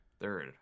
Third